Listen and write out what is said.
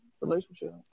relationship